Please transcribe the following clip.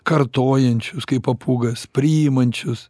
kartojančius kaip papūgas priimančius